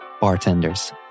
bartenders